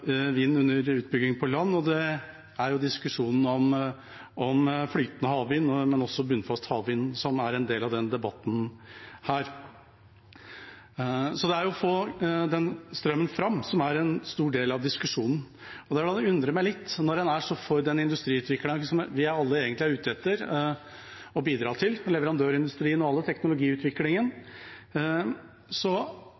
under utbygging på land, og det er diskusjon om flytende havvind, men også bunnfast havvind, som er en del av debatten her. Det er det å få strømmen fram som er en stor del av diskusjonen. Det er da det undrer meg litt når man er så for den industriutviklingen vi alle egentlig er ute etter å bidra til, leverandørindustrien og all teknologiutviklingen